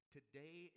Today